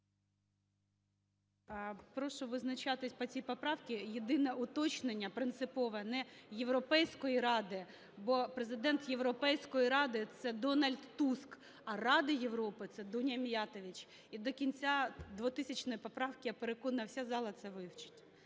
Прошу визначатись по цій поправці. Єдине уточнення, принципове: не Європейської Ради, бо Президент Європейської Ради – це Дональд Туск, а Ради Європи – це ДуняМіятович. І до кінця 2000-ї поправки, я переконана, вся зала це вивчить.